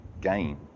gain